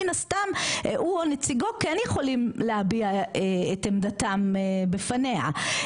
מן הסתם הוא או נציגו כן יכולים להביע את עמדתם בפניה.